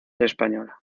española